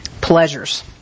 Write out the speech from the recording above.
pleasures